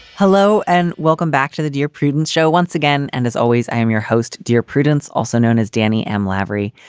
hello and welcome back to the dear prudence show once again. and as always, i'm your host, dear prudence, also known as danny m. laverty.